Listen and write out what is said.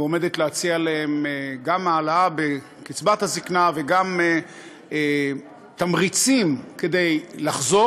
ועומדת להציע להם גם העלאה בקצבת הזקנה וגם תמריצים כדי לחזור